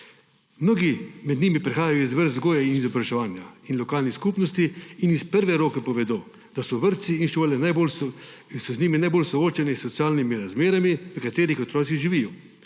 Mnogi med njimi prihajajo iz vrst vzgoje in izobraževanja in lokalnih skupnosti ter iz prve roke povedo, da so najbolj soočeni s socialnimi razmerami, v katerih otroci živijo,